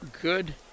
good